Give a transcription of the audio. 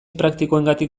praktikoengatik